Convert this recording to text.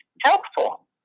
helpful